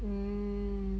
mm